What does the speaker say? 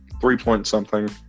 Three-point-something